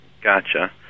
Gotcha